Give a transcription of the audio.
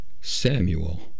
Samuel